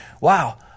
Wow